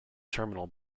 terminal